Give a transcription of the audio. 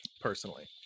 personally